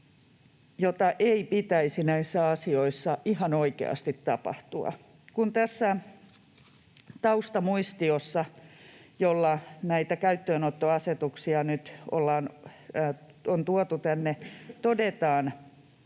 jota ei pitäisi näissä asioissa ihan oikeasti tapahtua. Tässä taustamuistiossa, jolla näitä käyttöönottoasetuksia nyt on tuotu tänne, todetaan